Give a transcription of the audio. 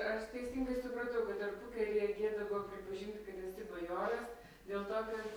ar aš teisingai supratau kad tarpukaryje gėda buvo pripažint kad esi bajoras dėl to